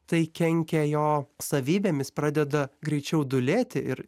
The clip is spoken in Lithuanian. tai kenkia jo savybėmis pradeda greičiau dūlėti ir